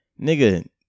nigga